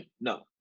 no